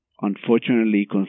unfortunately